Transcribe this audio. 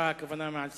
מעל סדר-היום.